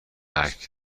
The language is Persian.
عکس